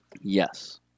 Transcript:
Yes